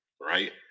right